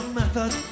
method